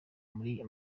muri